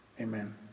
Amen